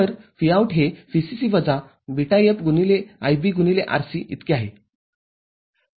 तर Vout हे VCC वजा βFIBRC इतके आहे